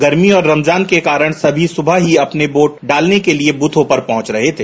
गर्मी और रमजान के कारण सभी सुबह ही अपने वोट डालने के लिए ब्रथो पर पहुँच रहे थे